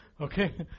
okay